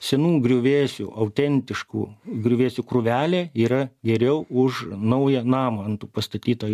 senų griuvėsių autentiškų griuvėsių krūvelė yra geriau už naują namą ant tų pastatyto